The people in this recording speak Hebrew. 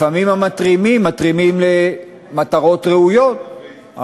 לפעמים המתרימים מתרימים למטרות ראויות,